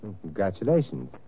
Congratulations